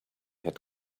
had